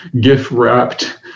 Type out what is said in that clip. gift-wrapped